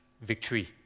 victory